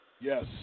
Yes